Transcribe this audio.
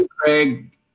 Craig